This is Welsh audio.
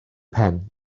pen